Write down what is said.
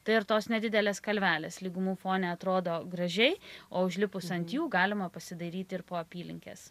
tai ir tos nedidelės kalvelės lygumų fone atrodo gražiai o užlipus ant jų galima pasidairyti ir po apylinkes